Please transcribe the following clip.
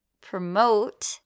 promote